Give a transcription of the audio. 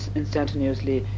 instantaneously